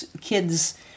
kid's